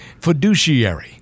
fiduciary